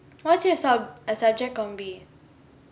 what's your sub~ subject combination